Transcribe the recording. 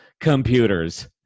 Computers